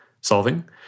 solving